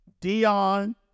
Dion